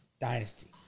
Dynasty